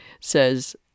says